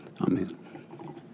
Amen